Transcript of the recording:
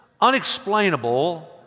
unexplainable